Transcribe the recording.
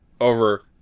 over